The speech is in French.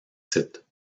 sites